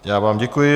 Já vám děkuji.